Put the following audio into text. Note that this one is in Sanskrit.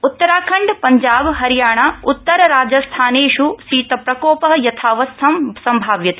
उत्तराखण्ड पञ्जाब हरियाणा उत्तर राजस्थानेष् शीतप्रक्रोप यथावस्थं सम्भाव्यते